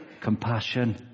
Compassion